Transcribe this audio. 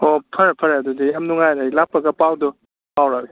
ꯑꯣ ꯐꯔꯦ ꯐꯔꯦ ꯑꯗꯨꯗꯤ ꯌꯥꯝ ꯅꯨꯡꯉꯥꯏꯔꯦ ꯂꯥꯛꯄꯒ ꯄꯥꯎꯗꯨ ꯐꯥꯎꯔꯛꯑꯒꯦ